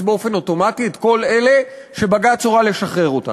באופן אוטומטי את כל אלה שבג"ץ הורה לשחרר אותם.